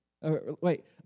Wait